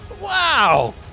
Wow